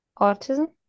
Autism